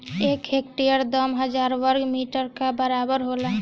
एक हेक्टेयर दस हजार वर्ग मीटर के बराबर होला